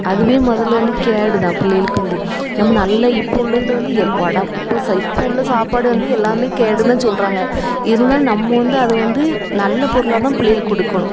அதுவே முதல்ல வந்து கேடு தான் புள்ளைகளுக்கு வந்து நம்ம நல்ல இப்போது உள்ளதில் வந்து இப்போ இப்போ உள்ள சாப்பாடு வந்து எல்லாமே கேடுந்தான் சொல்கிறாங்க இருந்தாலும் நம்ம வந்து அதை வந்து நல்ல பொருளாக தான் புள்ளைகளுக்கு கொடுக்கணும்